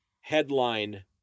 headline